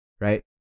right